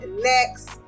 next